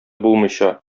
булмыйча